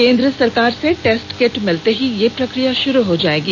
केंद्र सरकार से टेस्ट किट मिलते ही यह प्रक्रिया शुरू हो जाएगी